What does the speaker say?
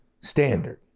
standard